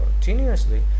continuously